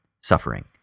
suffering